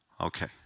Okay